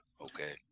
okay